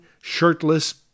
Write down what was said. shirtless